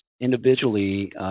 individually